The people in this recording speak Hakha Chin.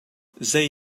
zei